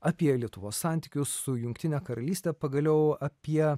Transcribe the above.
apie lietuvos santykius su jungtine karalyste pagaliau apie